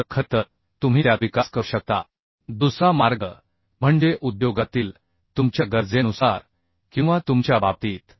तर खरे तर तुम्ही त्यात विकास करू शकता दुसरा मार्ग म्हणजे उद्योगातील तुमच्या गरजेनुसार किंवा तुमच्या बाबतीत